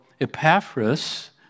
Epaphras